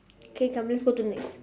okay come let's go to the next